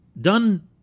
done